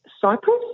Cyprus